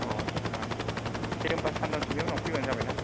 अ आथसा दे होनबा सानथामसोनि उनाव फैबानो जाबायना